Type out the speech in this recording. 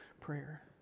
prayer